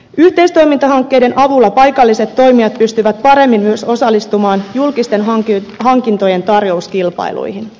yhteistoimintahankkeiden avulla paikalliset toimijat pystyvät paremmin myös osallistumaan julkisten hankintojen tarjouskilpailuihin